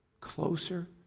Closer